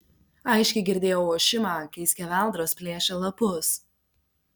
aiškiai girdėjau ošimą kai skeveldros plėšė lapus